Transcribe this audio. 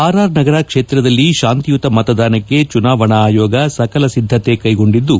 R R Nagar ಕ್ಷೇತ್ರದಲ್ಲಿ ಶಾಂತಿಯುತ ಮತದಾನಕ್ಕೆ ಚುನಾವಣಾ ಆಯೋಗ ಸಕಲ ಸಿದ್ದತೆ ಕ್ಷೆಗೊಂಡಿದ್ದು